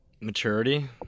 Maturity